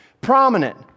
Prominent